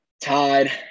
Tied